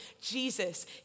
Jesus